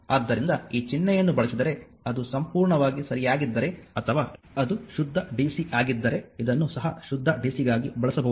ಆದ್ದರಿಂದ ಈ ಚಿಹ್ನೆಯನ್ನು ಬಳಸಿದರೆ ಅದು ಸಂಪೂರ್ಣವಾಗಿ ಸರಿಯಾಗಿದ್ದರೆ ಅಥವಾ ಅದು ಶುದ್ಧ DC ಆಗಿದ್ದರೆ ಇದನ್ನೂ ಸಹ ಶುದ್ಧ DCಗಾಗಿ ಬಳಸಬಹುದು